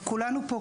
וכולנו פה,